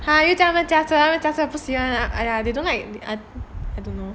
!huh! 又叫他们驾车他们驾车不喜欢 !aiya! they don't like I don't know